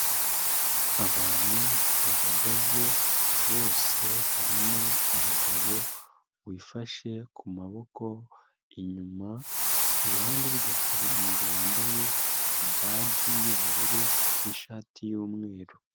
Abantu bahagaze bose harimo umugabo wifashe ku maboko inyuma, iruhande rwe hari umugabo wambaye ibaji y'ubururu n'ishati y'umweru.